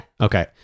Okay